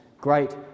great